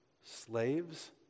slaves